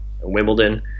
Wimbledon